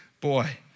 Boy